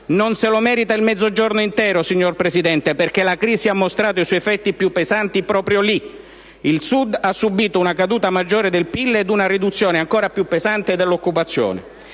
non lo merita il Mezzogiorno intero, signor Presidente del Consiglio, perché la crisi ha mostrato i suoi effetti più pesanti proprio lì. Il Sud ha subito una caduta maggiore del PIL ed una riduzione ancora più pesante dell'occupazione.